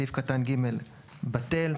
סעיף קטן (ג) - בטל.